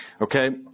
Okay